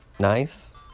Nice